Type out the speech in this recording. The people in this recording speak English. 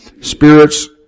Spirits